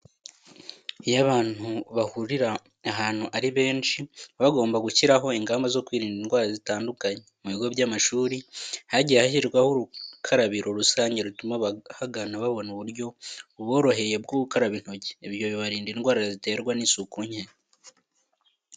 Iyo abantu bahurira ahantu ari benshi, baba bagomba gushyiraho ingamba zo kwirinda indwara zitandukanye. Mu bigo by'amashuri hagiye hashyirwaho urukarabiro rusange rutuma abahagana babona uburyo buboroheye bwo gukaraba intoki. Ibyo bibarinda indwara ziterwa n'isuku nke.